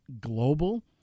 global